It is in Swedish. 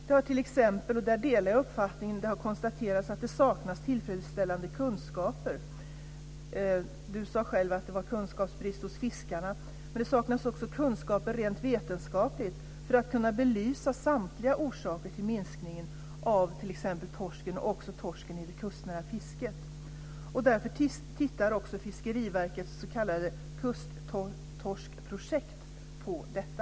Det har t.ex. konstaterats att det saknas tillfredsställande kunskaper. Jag delar den uppfattningen. Kjell-Erik Karlsson sade själv att det råder kunskapsbrist hos fiskarna. Men det saknas också kunskaper rent vetenskapligt för att kunna belysa samtliga orsaker till minskningen av t.ex. torsken och även torsken i det kustnära fisket. Därför tittar också Fiskeriverkets s.k. Kusttorskprojekt på detta.